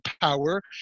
power